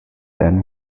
then